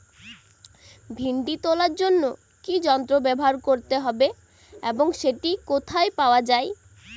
ভিন্ডি তোলার জন্য কি যন্ত্র ব্যবহার করতে হবে এবং সেটি কোথায় পাওয়া যায়?